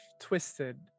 twisted